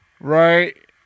right